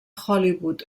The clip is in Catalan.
hollywood